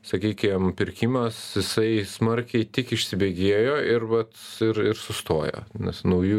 sakykim pirkimas jisai smarkiai tik įsibėgėjo ir vat ir ir sustojo nes naujų